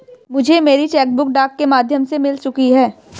मुझे मेरी cheque book डाक के माध्यम से मिल चुकी है